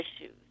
issues